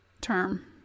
term